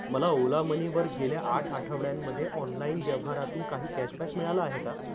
मला ओला मनीवर गेल्या आठ आठवड्यांमध्ये ऑनलाइन व्यवहारातून काही कॅशबॅक मिळाला आहे का